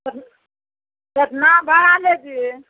कथी केतना भाड़ा लै छियै